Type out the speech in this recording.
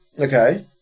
Okay